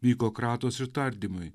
vyko kratos ir tardymai